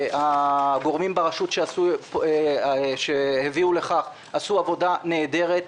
הגורמים ברשות שהביאו לכך עשו עבודה נהדרת,